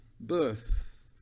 birth